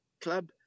club